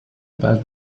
about